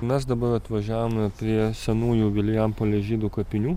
mes dabar atvažiavome prie senųjų vilijampolės žydų kapinių